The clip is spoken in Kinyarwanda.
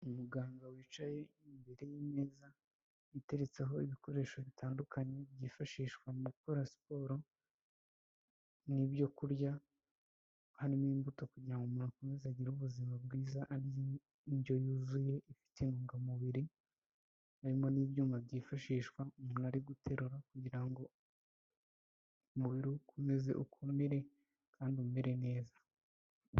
Umuganga wicaye imbere y'imeza iteretseho ibikoresho bitandukanye byifashishwa mu gukora siporo, n'ibyo kurya harimo imbuto kugira ngo umuntu akomeze agire ubuzima bwiza arya indyo yuzuye ifite intungamubiri, harimo n'ibyuma byifashishwa umuntu ari guterura kugira ngo umubiri we ukomeze ukomere kandi umere neza.